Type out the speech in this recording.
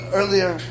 earlier